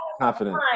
confident